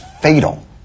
fatal